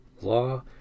law